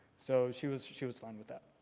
so she was she was fine with that.